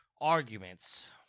arguments